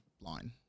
line